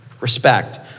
respect